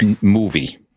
movie